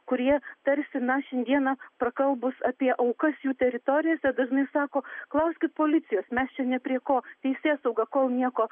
kurie tarsi na šiandieną prakalbus apie aukas jų teritorijose dažnai sako klauskit policijos mes čia ne prie ko teisėsauga kol nieko